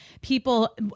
people